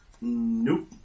Nope